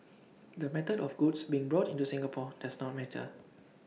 the method of goods being brought into Singapore does not matter